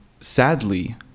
sadly